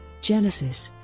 genesis